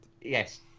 Yes